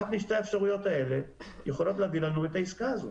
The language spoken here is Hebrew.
אחת משתי האפשרויות האלה יכולה להביא לנו את העסקה הזאת.